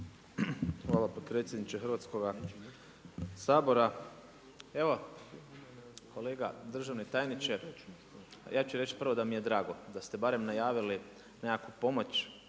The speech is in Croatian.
Hvala potpredsjedniče Hrvatskoga sabora. Evo kolega državni tajniče, ja ću reći prvo da mi je drago da ste barem najavili nekakvu pomoć